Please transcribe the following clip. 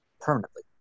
permanently